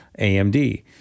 AMD